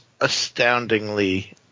astoundingly